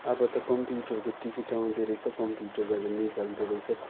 अब त कम्प्युटरको टिकिट आउँदोरहेछ कम्प्युटरबाट निकाल्दोरहेछ